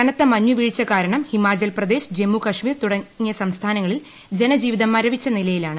കനത്ത മഞ്ഞു വീഴ്ച കാരണം ഹിമാചൽപ്രദേശ് ജമ്മുകാശ്മീർ തുടങ്ങിയ സംസ്ഥാനങ്ങളിൽ ജനജീവിതം മരവിച്ച നിലയിലാണ്